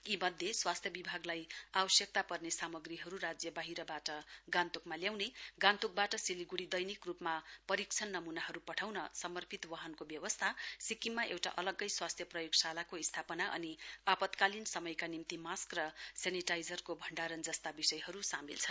यी मध्ये स्वास्थ्य विभागलाई आवश्यकता पर्ने सामग्रीहरु राज्यवाहिरबाट गान्तोकमा ओसार्ने गान्तोकबाट सिलिगुङ्डी दैनिक रुपमा परीक्षण नमूनाहरु पठाउन समर्पित वाहनको व्यवस्था सिक्किममा एउटा अलग्गै स्वास्थ्य प्रयोगशालाको स्थापना अनि आपतकालीन समयका निम्ति मास्क र सेनिटाइजरहरुको भण्डारण जस्ता विषयहरु सामेल छन्